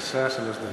בבקשה, שלוש דקות.